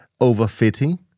overfitting